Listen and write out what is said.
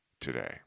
today